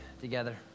together